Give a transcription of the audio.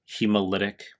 hemolytic